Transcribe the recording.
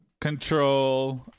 control